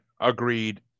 Agreed